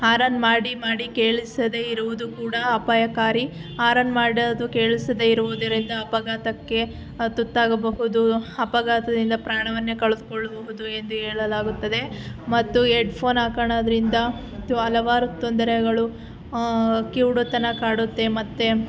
horn ಮಾಡಿ ಮಾಡಿ ಕೇಳಿಸದೇ ಇರುವುದು ಕೂಡ ಅಪಾಯಕಾರಿ ಆರನ್ ಮಾಡೋದು ಕೇಳಿಸ್ದೆ ಇರುವುದರಿಂದ ಅಪಘಾತಕ್ಕೆ ತುತ್ತಾಗಬಹುದು ಅಪಘಾತದಿಂದ ಪ್ರಾಣವನ್ನೇ ಕಳೆದ್ಕೊಳ್ಳಬಹುದು ಎಂದು ಹೇಳಲಾಗುತ್ತದೆ ಮತ್ತು ಆರನ್ ಹಾಕೋಳ್ಳೋದ್ರಿಂದ ಹಲವಾರು ತೊಂದರೆಗಳು ಕಿವುಡುತನ ಕಾಡುತ್ತೆ ಮತ್ತೆ